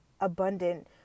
abundant